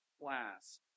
class